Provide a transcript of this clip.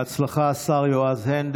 (חותם על ההצהרה) בהצלחה, השר יועז הנדל.